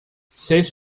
seis